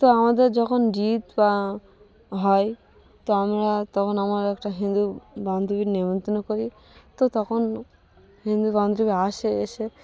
তো আমাদের যখন ঈদ বা হয় তো আমরা তখন আমার একটা হিন্দু বান্ধবীর নিমন্ত্রণ করি তো তখন হিন্দু বান্ধবী আসে এসে